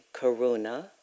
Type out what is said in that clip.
karuna